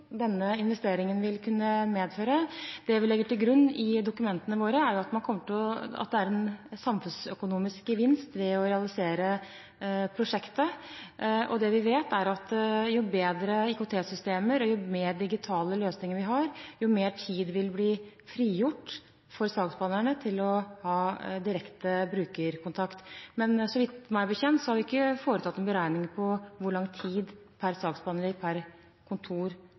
denne investeringen vil kunne medføre. Det vi legger til grunn i dokumentene våre, er at man får en samfunnsøkonomisk gevinst ved å realisere prosjektet. Det vi vet, er at jo bedre IKT-systemer og jo flere digitale løsninger vi har, jo mer tid vil bli frigjort for saksbehandlerne til å ha direkte brukerkontakt. Men så vidt meg bekjent har vi ikke foretatt noen beregninger av hvor lang tid per saksbehandler per kontor